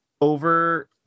over